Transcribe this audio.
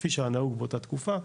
כפי שהיה נהוג באותה תקופה,